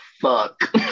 fuck